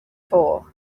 for